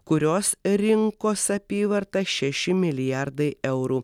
kurios rinkos apyvarta šeši milijardai eurų